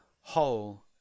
whole